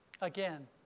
Again